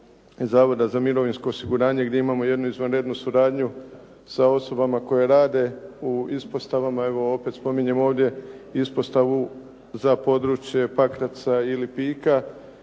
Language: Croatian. Zavoda za mirovinsko osiguranje gdje imamo jednu izvanrednu suradnju sa osobama koje rade u ispostavama. Evo opet spominjem ovdje ispostavu za područje Pakraca i Lipika